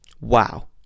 Wow